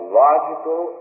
logical